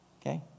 Okay